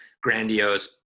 grandiose